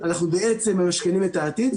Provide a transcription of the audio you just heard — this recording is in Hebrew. אנחנו בעצם ממשכנים את העתיד,